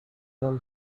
tell